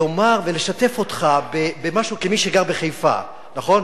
ולשתף אותך במשהו כמי שגר בחיפה, נכון?